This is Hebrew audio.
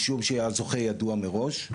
משום שהזוכה ידוע מראש,